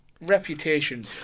reputation